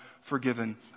forgiven